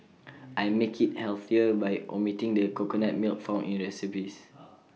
I make IT healthier by omitting the coconut milk found in recipes